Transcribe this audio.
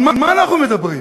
על מה אנחנו מדברים?